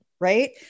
Right